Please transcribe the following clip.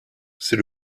c’est